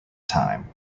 time